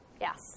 Yes